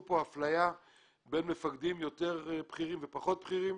פה אפליה בין מפקדים יותר בכירים ופחות בכירים